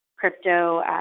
Crypto